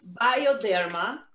Bioderma